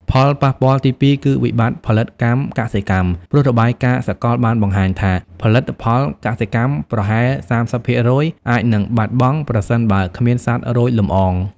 ផលប៉ះពាល់ទីពីរគឺវិបត្តិផលិតកម្មកសិកម្ម ព្រោះរបាយការណ៍សកលបានបង្ហាញថា ផលិតផលកសិកម្មប្រហែល ៣០% អាចនឹងបាត់បង់ ប្រសិនបើគ្មានសត្វរោយលំអង។